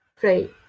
play